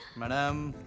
ma'am,